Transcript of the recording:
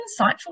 insightful